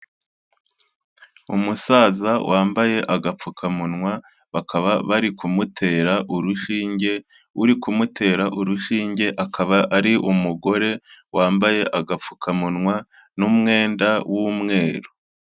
Umusaza wambaye agapfukamunwa, bakaba bari kumutera urushinge, uri kumutera urushinge akaba ari umugore wambaye agapfukamunwa n'umwenda w'umweru.